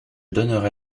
donnerai